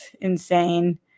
insane